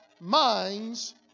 minds